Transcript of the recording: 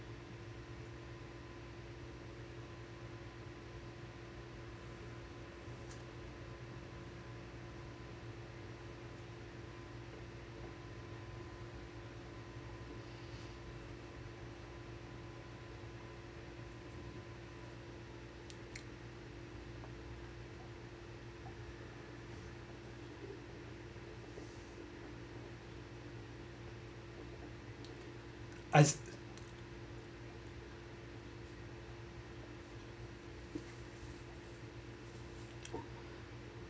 I